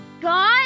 God